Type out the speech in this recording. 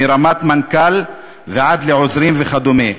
לפעמים מרמת מנכ"ל ועד לעוזרים וכדומה.